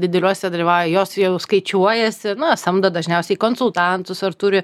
dideliuose dalyvauja jos jau skaičiuojasi na samdo dažniausiai konsultantus ar turi